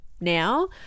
now